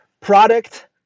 product